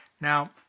Now